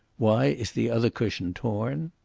why is the other cushion torn?